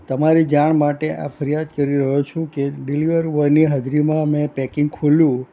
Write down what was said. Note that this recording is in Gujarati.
તમારી જાણ માટે આ ફરિયાદ કરી રહ્યો છું કે ડિલિવર બોયની હાજરીમાં મેં પેકિંગ ખોલ્યું